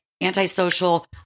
anti-social